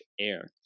air